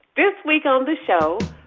this week on this show,